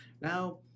Now